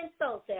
insulted